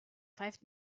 pfeift